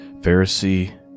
Pharisee